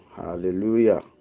hallelujah